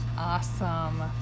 Awesome